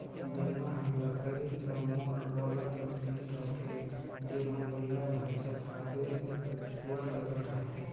बेलना हर लकरी कर मोट गोला कर बइन रहथे जेम्हा बइला भइसा फादे कर जुवा लगल रहथे